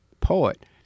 poet